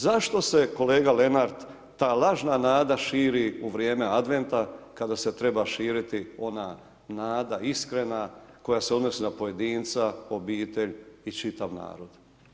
Zašto se kolega Lenart ta lažna nada širi u vrijeme Adventa kada se treba širiti ona nada iskrena koja se odnosi na pojedinca, obitelj i čitav narod.